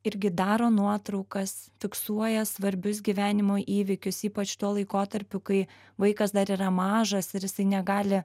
irgi daro nuotraukas fiksuoja svarbius gyvenimo įvykius ypač tuo laikotarpiu kai vaikas dar yra mažas ir jisai negali